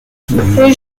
jeune